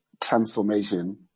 Transformation